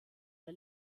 der